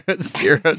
zero